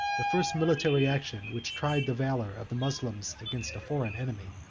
the first military action, which tried the valor of the moslems against a foreign enemy.